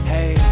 Hey